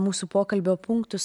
mūsų pokalbio punktus